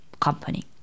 company